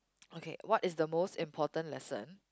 okay what is the most important lesson